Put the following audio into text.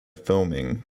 filming